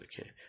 okay